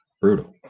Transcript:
brutal